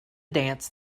dance